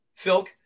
Filk